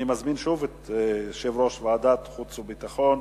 אני מזמין שוב את יושב-ראש ועדת חוץ וביטחון,